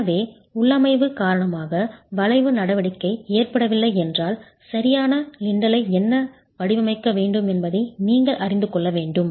எனவே உள்ளமைவு காரணமாக வளைவு நடவடிக்கை ஏற்படவில்லை என்றால் சரியான லின்டலை என்ன வடிவமைக்க வேண்டும் என்பதை நீங்கள் அறிந்து கொள்ள வேண்டும்